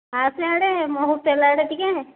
ଆସେ ଆଡ଼େ ମୋ ହୋଟେଲ୍ ଆଡ଼େ ଟିକେ